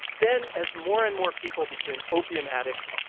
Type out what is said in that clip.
then, as more and more people became opium addicts,